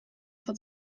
for